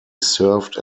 served